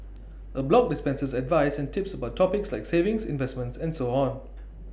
A blog dispenses advice and tips about topics like savings investments and so on